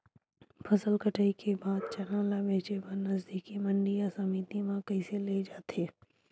फसल कटाई के बाद चना ला बेचे बर नजदीकी मंडी या समिति मा कइसे ले जाथे?